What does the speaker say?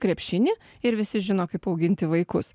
krepšinį ir visi žino kaip auginti vaikus